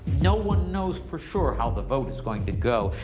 no one knows for sure how the vote is going to go.